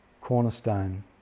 cornerstone